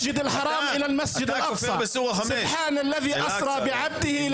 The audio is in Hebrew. (מדבר בערבית).